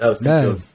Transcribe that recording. Man